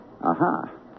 Aha